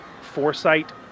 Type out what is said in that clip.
foresight